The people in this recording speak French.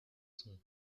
son